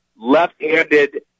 Left-handed